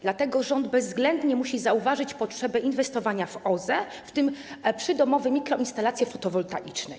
Dlatego rząd bezwzględnie musi zauważyć potrzebę inwestowania w OZE, w tym w przydomowe mikroinstalacje fotowoltaiczne.